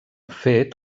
fet